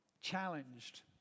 challenged